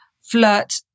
flirt